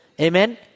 Amen